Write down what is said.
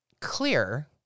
clear